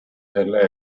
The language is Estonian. selle